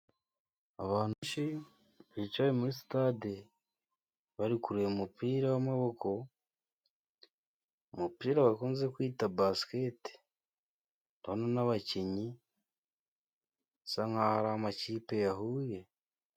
Abantu bicaye muri sitade bari kureba umupira w'ama boko, umupira bakunze kwita basiketi. Ndabona n'abakinnyi nsa nkaho ari amakipe yahuye.